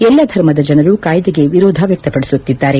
ಎಲ್ಲ ಧರ್ಮದ ಜನರು ಕಾಯ್ದೆಗೆ ವಿರೋಧ ವ್ಯಕ್ತಪಡಿಸುತ್ತಿದ್ದಾರೆ